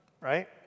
right